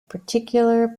particular